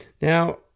Now